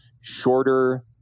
shorter